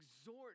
exhort